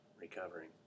recovering